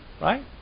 Right